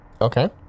Okay